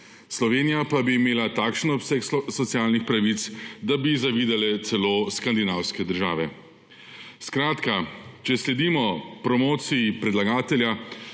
Slovenija pa bi imela takšen obseg socialnih pravic, da bi ji zavidale celo skandinavske države. Skratka, če sledimo promociji predlagatelja,